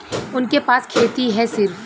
उनके पास खेती हैं सिर्फ